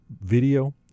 video